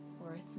worth